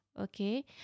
Okay